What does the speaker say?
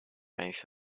mouth